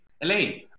Elaine